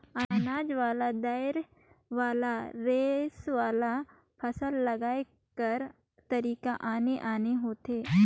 अनाज वाला, दायर वाला, रेसा वाला, फसल लगाए कर तरीका आने आने होथे